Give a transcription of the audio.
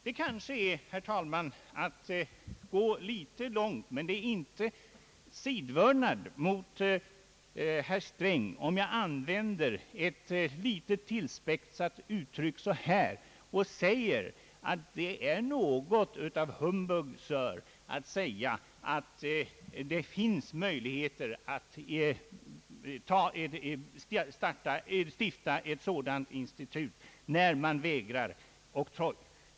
Det kanske är, herr talman, att gå litet långt, men det är inte sidovördnad mot herr Sträng om jag använder ett litet tillspetsat uttryck och säger att det är något av humbug, sir, att säga att det finns möjligheter att stifta ett sådant institut, när man vägrar oktroj.